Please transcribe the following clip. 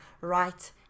right